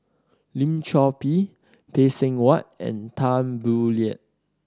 Lim Chor Pee Phay Seng Whatt and Tan Boo Liat